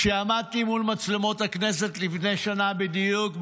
כשעמדתי מול מצלמות הכנסת לפני שנה בדיוק,